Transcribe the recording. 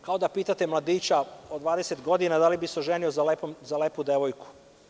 Kao da pitate mladića od 20 godina da li bi se oženio za lepu devojku.